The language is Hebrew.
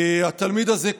התלמיד הזה,